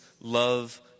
love